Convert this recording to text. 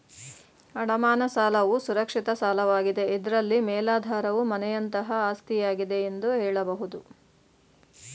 ಅಡಮಾನ ಸಾಲವು ಸುರಕ್ಷಿತ ಸಾಲವಾಗಿದೆ ಇದ್ರಲ್ಲಿ ಮೇಲಾಧಾರವು ಮನೆಯಂತಹ ಆಸ್ತಿಯಾಗಿದೆ ಎಂದು ಹೇಳಬಹುದು